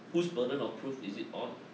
whose burden of proof is it on